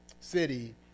city